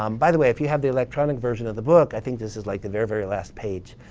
um by the way, if you have the electronic version of the book, i think this is like the very, very last page.